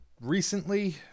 recently